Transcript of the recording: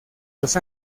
los